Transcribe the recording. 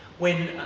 when,